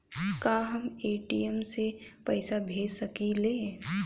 का हम ए.टी.एम से पइसा भेज सकी ले?